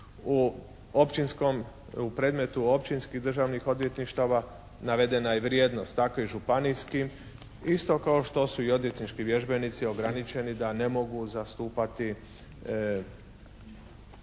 u predmetu općinskih Državnih odvjetništava navedena je vrijednost. Tako i županijskim isto kao što su i odvjetnički vježbenici ograničeni da ne mogu zastupati